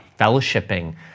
fellowshipping